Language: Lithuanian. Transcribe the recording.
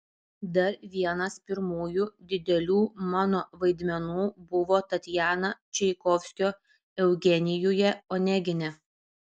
dar vienas pirmųjų didelių mano vaidmenų buvo tatjana čaikovskio eugenijuje onegine